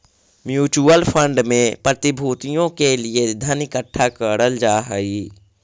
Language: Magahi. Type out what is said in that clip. म्यूचुअल फंड में प्रतिभूतियों के लिए धन इकट्ठा करल जा हई